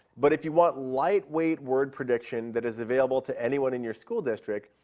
but if you want lightweight word prediction that is available to anyone in your school district,